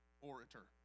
orator